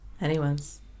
anyone's